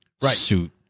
suit